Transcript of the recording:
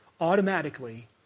automatically